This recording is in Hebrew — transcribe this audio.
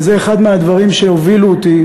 וזה אחד מהדברים שהובילו אותי,